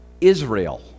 Israel